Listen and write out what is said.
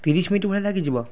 ତିରିଶ ମିନିଟ୍ ଭଳିଆ ଲାଗିଯିବ